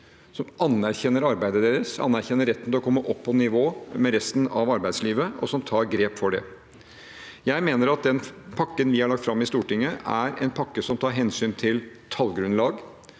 17. apr. – Muntlig spørretime 3139 en til å komme opp på nivå med resten av arbeidslivet, og som tar grep for det. Jeg mener at den pakken vi har lagt fram i Stortinget, er en pakke som tar hensyn til tallgrunnlag,